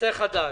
נושא חדש.